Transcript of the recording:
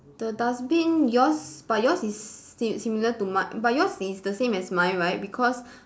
the dustbin yours but yours is si~ similar to mine but yours is the same as mine right because